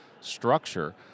structure